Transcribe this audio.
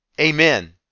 Amen